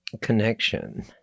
connection